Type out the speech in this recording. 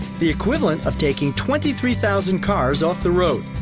the equivalent of taking twenty three thousand cars off the road.